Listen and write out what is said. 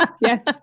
yes